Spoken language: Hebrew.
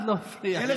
אף אחד לא הפריע לך.